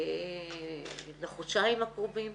בחודשיים הקרובים,